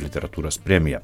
literatūros premiją